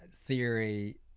theory